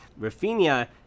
Rafinha